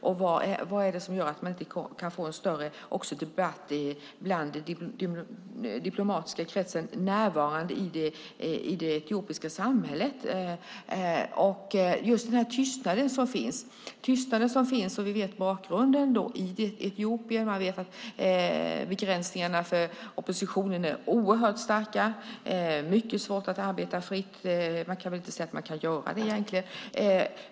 Och vad är det som gör att man inte kan få en större debatt i landet med den diplomatiska kretsen närvarande i det etiopiska samhället? Det finns en tystnad. Vi känner till bakgrunden. I Etiopien är begränsningarna för oppositionen oerhört starka. Det är mycket svårt att arbeta fritt - egentligen kan man inte säga att det går att göra det.